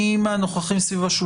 את מי לא הזכרתי?